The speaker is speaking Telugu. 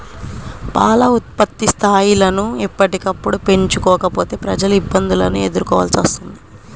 పాల ఉత్పత్తి స్థాయిలను ఎప్పటికప్పుడు పెంచుకోకపోతే ప్రజలు ఇబ్బందులను ఎదుర్కోవలసి వస్తుంది